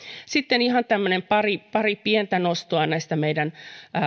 sitten ihan pari pari pientä nostoa näistä meidän